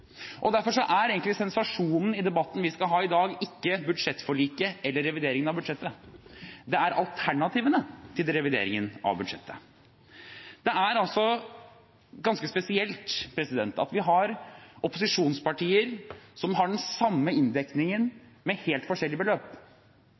sammenhenger. Derfor er egentlig sensasjonen i debatten vi skal ha i dag, ikke budsjettforliket eller revideringen av budsjettet. Det er alternativene til det reviderte budsjettet. Det er ganske spesielt at vi har opposisjonspartier som har den samme inndekningen